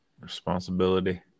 Responsibility